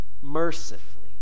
mercifully